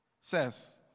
says